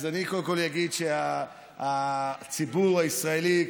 אני קודם כול אגיד שהציבור הישראלי,